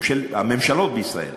הממשלות בישראל